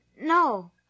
no